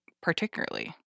particularly